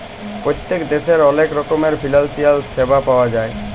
পত্তেক দ্যাশে অলেক রকমের ফিলালসিয়াল স্যাবা পাউয়া যায়